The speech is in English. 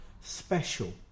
special